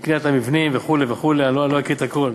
מקניית המבנים וכו' וכו' אני לא אקריא את הכול.